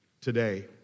today